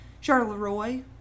Charleroi